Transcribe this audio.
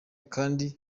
kandi